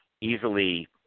easily